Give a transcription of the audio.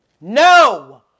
No